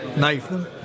Nathan